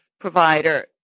provider